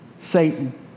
Satan